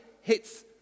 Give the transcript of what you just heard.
hits